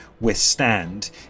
withstand